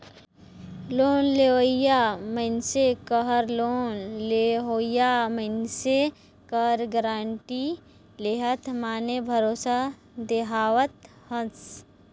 loan लेवइया मइनसे कहर लोन लेहोइया मइनसे कर गारंटी लेहत माने भरोसा देहावत हस